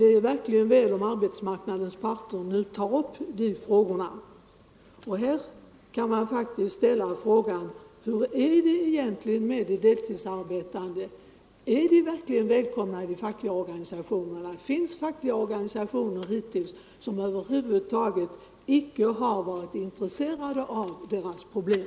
Det vore mycket värdefullt om arbetsmarknadens parter nu tog upp de frågorna. Och i det sammanhanget kan man ställa frågan: Hur är det egentligen med de deltidsarbetande, är de verkligen välkomna i de fackliga organisationerna? Det finns fackliga organisationer som hittills över huvud taget inte har varit intresserade av de gruppernas problem.